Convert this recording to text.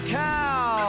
cow